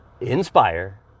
inspire